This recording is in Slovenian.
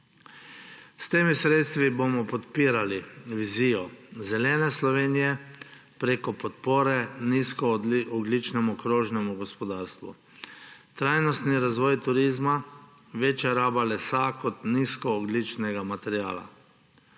S temi sredstvi bomo podpirali vizijo zelene Slovenije preko podpore nizkoogljičnemu krožnemu gospodarstvu. Trajnostni razvoj turizma, večja raba lesa kot nizkoogljičnega materiala.